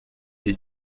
est